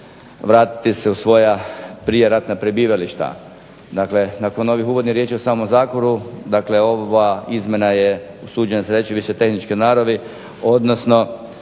vratiti se u svoja prijeratna prebivališta. Dakle, nakon ovih uvodnih riječi o samom zakonu dakle ova izmjena je usuđujem se reći više tehničke naravi, odnosno